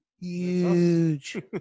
Huge